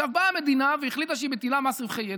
עכשיו באה המדינה והחליטה שהיא מטילה מס רווחי יתר.